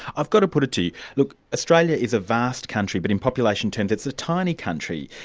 i've got to put it to you. look, australia is a vast country but in population terms it's a tiny country.